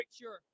Sure